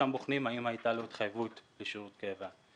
שם בוחנים האם הייתה לו התחייבות לשירות קבע.